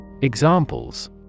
Examples